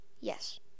Yes